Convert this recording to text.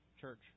church